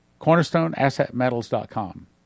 CornerstoneAssetMetals.com